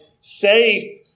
safe